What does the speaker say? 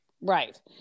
Right